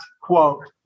quote